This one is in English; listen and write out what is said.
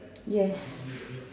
yes